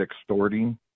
extorting